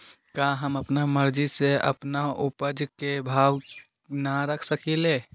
का हम अपना मर्जी से अपना उपज के भाव न रख सकींले?